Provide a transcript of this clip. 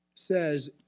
Says